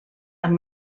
amb